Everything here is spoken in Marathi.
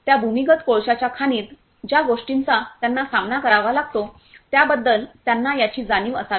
त्या भूमिगत कोळशाच्या खाणीत ज्या गोष्टींचा त्यांना सामना करावा लागतो त्याबद्दल त्यांना याची जाणीव असावी